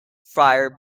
friar